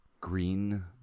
green